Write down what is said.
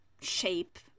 shape